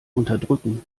unterdrücken